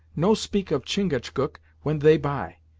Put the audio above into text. no speak of chingachgook when they by.